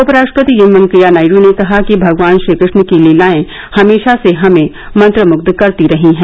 उपराष्ट्रपति एमवैंकेया नायडू ने कहा कि भगवान श्रीकृष्ण की लीलाएं हमेशा से हमे मंत्रमुख करती रही हैं